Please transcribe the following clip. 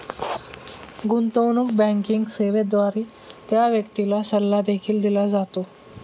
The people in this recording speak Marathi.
गुंतवणूक बँकिंग सेवेद्वारे त्या व्यक्तीला सल्ला देखील दिला जातो